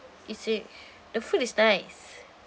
is it the food is nice